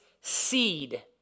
seed